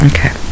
Okay